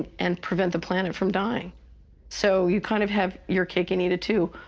and prevent the planet from dying so you kind of have your cake and eat it too.